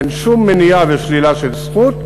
אין שום מניעה ושלילה של זכות,